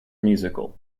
musical